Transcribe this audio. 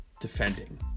defending